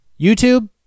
youtube